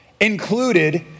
included